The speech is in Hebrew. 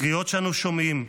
הקריאות שאנו שומעים,